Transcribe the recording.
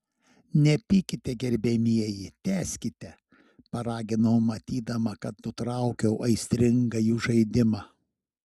nepykite gerbiamieji tęskite paraginau matydama kad nutraukiau aistringą jų žaidimą